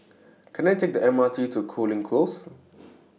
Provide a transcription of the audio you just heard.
Can I Take The M R T to Cooling Close